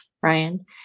Brian